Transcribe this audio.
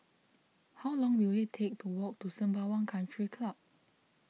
how long will it take to walk to Sembawang Country Club